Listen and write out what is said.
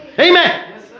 Amen